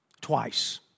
twice